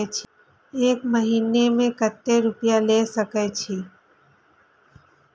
एक महीना में केते रूपया ले सके छिए?